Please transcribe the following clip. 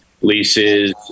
leases